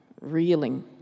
reeling